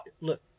Look